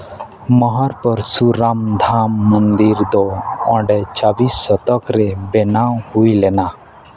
ᱢᱚᱦᱚᱨ ᱯᱚᱨᱥᱩᱨᱟᱢ ᱫᱷᱟᱢ ᱢᱚᱱᱫᱤᱨ ᱫᱚ ᱚᱸᱰᱮ ᱪᱚᱵᱽᱵᱤᱥ ᱥᱚᱛᱚᱠ ᱨᱮ ᱵᱮᱱᱟᱣ ᱦᱩᱭ ᱞᱮᱱᱟ